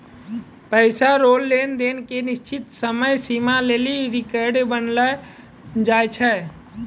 पैसा रो लेन देन के निश्चित समय सीमा लेली रेकर्ड बनैलो जाय छै